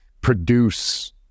produce